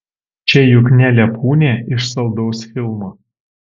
čia juk ne lepūnė iš saldaus filmo